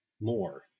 more